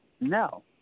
no